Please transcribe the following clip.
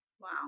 Wow